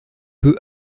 peu